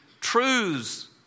truths